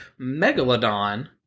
Megalodon